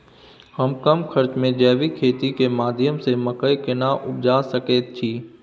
हम कम खर्च में जैविक खेती के माध्यम से मकई केना उपजा सकेत छी?